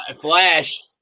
Flash